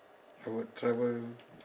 I would travel